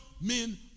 men